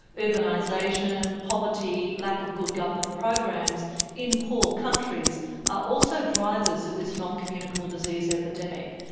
urbanisation, poverty, lack of good government programs in poor countries are also drivers of this non-communicable disease epidemic,